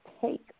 take